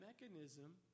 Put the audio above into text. mechanism